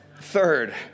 Third